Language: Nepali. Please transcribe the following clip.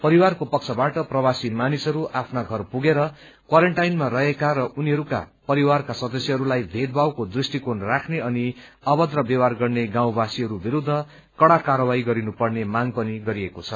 परिवारको पक्षबाट प्रवासी मानिसहरू आफ्ना घर पुगेर क्वारान्टाइनमा रहेका र उनीहरूका परिवारका सदस्यहरूलाई भेदभावको दृष्टिकोण राख्ने अनि अभद्र व्यवहार गर्ने गाँउवासीहरू विरूद्व कड़ा कार्यवाही गरिनु पर्ने माग पनि गरिएको छ